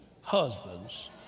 husbands